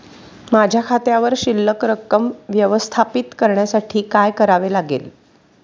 माझ्या खात्यावर शिल्लक रक्कम व्यवस्थापित करण्यासाठी काय करावे लागेल?